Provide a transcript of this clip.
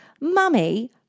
Mummy